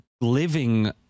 living